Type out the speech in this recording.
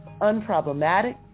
unproblematic